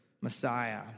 Messiah